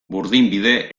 burdinbide